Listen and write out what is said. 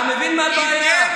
אתה מבין מה הבעיה?